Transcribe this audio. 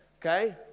Okay